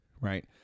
right